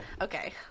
Okay